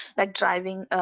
like driving a